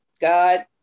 God